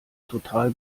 total